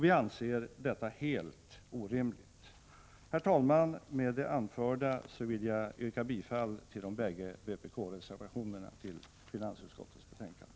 Vi anser detta helt orimligt. Herr talman! Med det anförda vill jag yrka bifall till de båda vpkreservationerna vid finansutskottets betänkande.